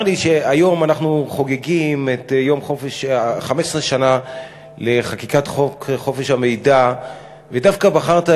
צר לי שהיום אנחנו חוגגים 15 שנה לחקיקת חוק חופש המידע ובחרת,